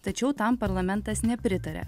tačiau tam parlamentas nepritarė